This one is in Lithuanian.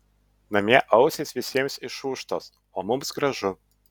namie ausys visiems išūžtos o mums gražu